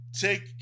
Take